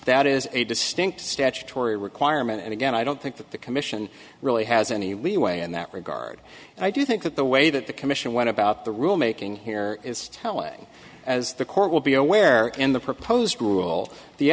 that is a distinct statutory requirement and again i don't think that the commission really has any leeway in that regard and i do think that the way that the commission went about the rule making here is telling as the court will be aware in the proposed rule the